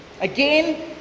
Again